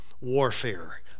warfare